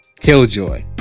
Killjoy